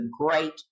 great